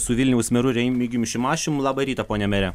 su vilniaus meru remigijum šimašium labą rytą pone mere